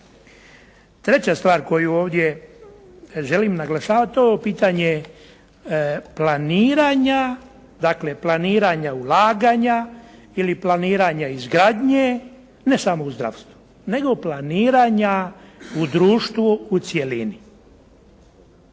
Treća stvar koju ovdje želim naglašavati to je ovo pitanje planiranja, dakle planiranja ulaganja ili planiranja izgradnje ne samo u zdravstvu, nego planiranja u društvu u cjelini.